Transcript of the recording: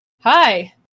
hi